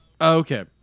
Okay